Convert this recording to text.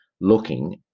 looking